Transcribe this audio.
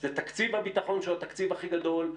זה תקציב הביטחון שהוא התקציב הכי גדול,